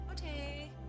Okay